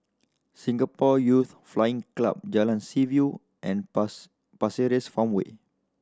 Singapore Youth Flying Club Jalan Seaview and pass Pasir Ris Farmway